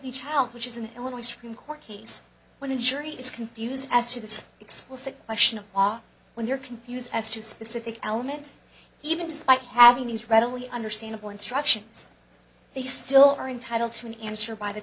child which is an illinois supreme court case when a jury is confused as to the explicit question of law when you're confused as to specific elements even despite having these readily understandable instructions they still are entitled to an answer by the